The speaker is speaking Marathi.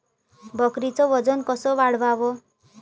बकरीचं वजन कस वाढवाव?